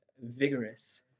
vigorous